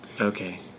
Okay